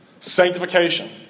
sanctification